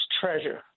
treasure